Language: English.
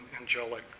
angelic